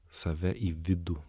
save į vidų